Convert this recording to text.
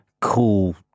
cool